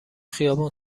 خیابون